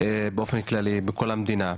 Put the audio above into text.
באופן כללי בכל המדינה.